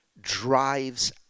drives